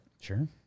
Sure